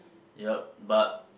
yup but